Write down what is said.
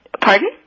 Pardon